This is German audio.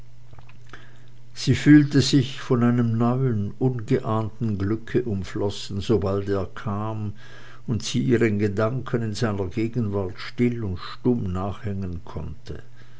sie fühlte sich von einem neuen ungeahnten glücke umflossen sobald er kam und sie ihren gedanken in seiner gegenwart still und stumm nachhängen konnte